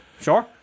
Sure